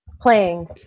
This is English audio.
playing